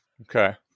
Okay